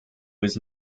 was